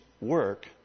work